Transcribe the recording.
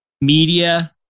Media